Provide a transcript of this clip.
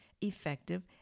effective